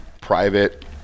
private